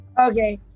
Okay